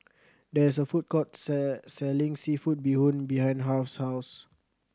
there is a food court selling seafood bee hoon behind Harve's house